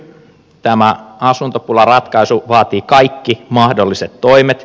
tämä asuntopulan ratkaisu vaatii kaikki mahdolliset toimet